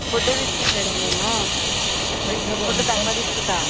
food తీసుకోను madam నేను food తక్కువ తీసుకుంటాను